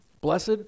Blessed